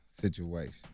situation